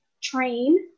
train